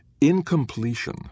Incompletion